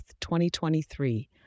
2023